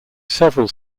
several